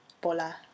Bola